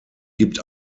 gibt